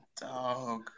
Dog